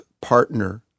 partner